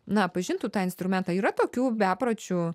na pažintų tą instrumentą yra tokių bepročių